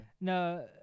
No